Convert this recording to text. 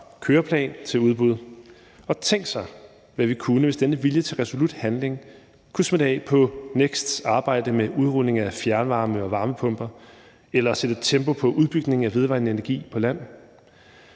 køreplan til udbud, og tænk sig, hvad vi kunne, hvis denne vilje til resolut handling kunne smitte af på NEKST's arbejde med udrulning af fjernvarme og varmepumper eller sætte et tempo på udbygningen af vedvarende energi på land.